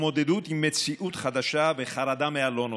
התמודדות עם מציאות חדשה וחרדה מהלא-נודע.